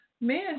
man